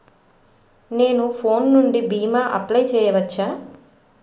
నేను ఫోన్ నుండి భీమా అప్లయ్ చేయవచ్చా?